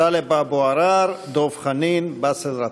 טלב אבו עראר, דב חנין, באסל גטאס.